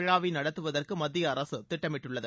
விழாவை நடத்துவதற்கு மத்திய அரசு திட்டமிட்டுள்ளது